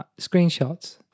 Screenshots